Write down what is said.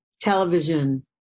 television